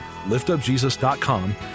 liftupjesus.com